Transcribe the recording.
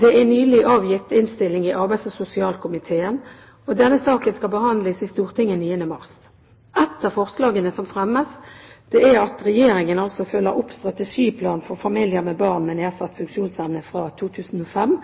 Det er nylig avgitt innstilling i arbeids- og sosialkomiteen, og denne saken skal behandles i Stortinget den 9. mars. Ett av forslagene som fremmes, er at Regjeringen følger opp Strategiplan for familier med barn med nedsatt funksjonsevne fra 2005,